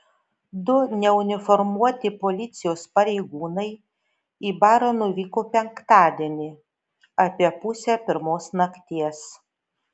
du neuniformuoti policijos pareigūnai į barą nuvyko penktadienį apie pusę pirmos nakties